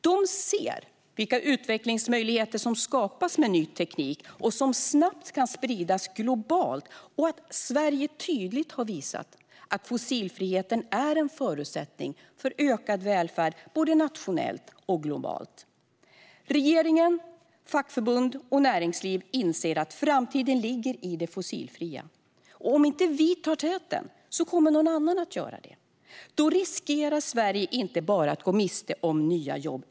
De ser vilka utvecklingsmöjligheter som skapas med ny teknik och som snabbt kan spridas globalt, och de ser att Sverige tydligt har visat att fossilfriheten är en förutsättning för ökad välfärd både nationellt och globalt. Regering, fackförbund och näringsliv inser att framtiden ligger i det fossilfria. Och om inte vi tar täten kommer någon annan att göra det. Då riskerar Sverige inte bara att gå miste om nya jobb.